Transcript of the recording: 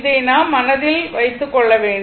இதை நாம் மனதில் வைத்துக் கொள்ள வேண்டும்